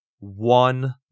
one